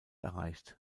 erreicht